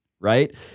Right